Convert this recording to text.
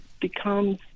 becomes